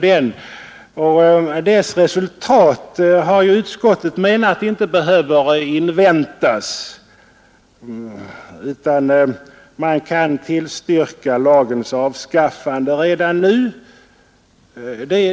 Utskottet menar att den utredningens resultat inte behöver inväntas, utan man kan tillstyrka förslaget om lagens avskaffande redan nu.